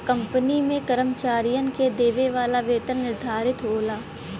company में कर्मचारियन के देवे वाला वेतन निर्धारित होला